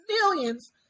millions